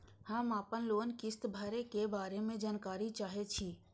हम आपन लोन किस्त भरै के बारे में जानकारी चाहै छी?